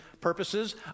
purposes